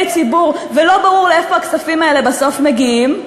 ציבור ולא ברור לאיפה הכספים האלה בסוף מגיעים.